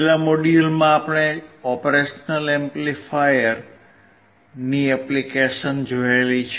છેલ્લા મોડ્યુલમાં આપણે ઓપરેશનલ એમ્પ્લીફાયર ની એપ્લીકેશન જોઈ છે